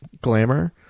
glamour